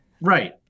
Right